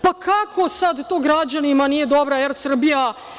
Pa, kako sada građanima nije dobra „Er Srbija“